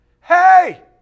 Hey